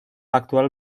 actual